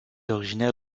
originaire